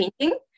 painting